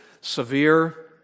severe